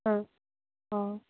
ꯑꯥ ꯑꯣ